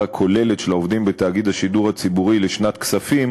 הכוללת של העובדים בתאגיד השידור הציבורי לשנת כספים